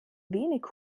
wenig